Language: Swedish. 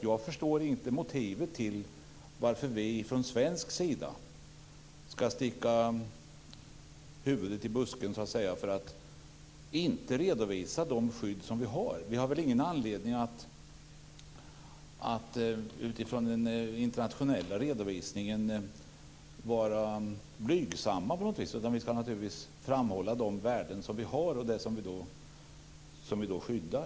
Jag förstår inte motivet till att vi från svensk sida skall sticka huvudet i busken så att säga och inte redovisa de skydd som vi har. Vi har väl ingen anledning att utifrån den internationella redovisningen vara blygsamma på något vis. Självfallet skall vi i stället framhålla de värden som vi har och som vi skyddar.